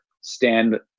stand